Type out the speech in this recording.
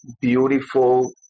beautiful